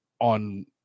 on